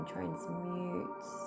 Transmute